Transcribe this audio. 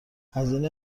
هزینه